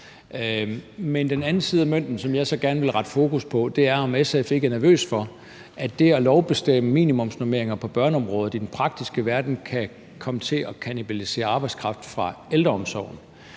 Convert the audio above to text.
mod den anden side af mønten og spørge, om man i SF ikke er nervøs for, at det at lovbestemme minimumsnormeringer på børneområdet i den praktiske verden kan komme til at kannibalisere arbejdskraft fra ældreomsorgen.